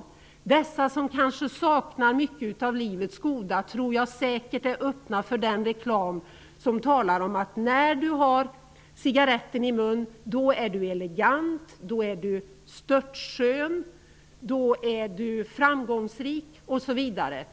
Jag tror säkert att dessa kvinnor, som kanske saknar mycket av livets goda, är öppna för den reklam som talar om att man är elegant, störtskön, framgångsrik osv. när man har cigaretten i munnen.